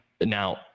now